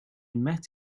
met